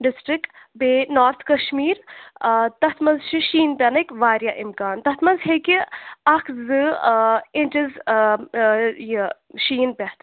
district بیٚیہِ north کشمیٖرتَتھ منٛز چھِ شیٖن پٮ۪نٕکۍ وارِیاہ اِمکان تَتھ منٛز ہیٚکہِ اَکھ زٕ اِنٛچٕز یہِ شیٖن پٮ۪تھ